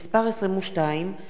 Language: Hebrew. (בחינת רישוי ברוקחות),